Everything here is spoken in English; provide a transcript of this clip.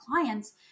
clients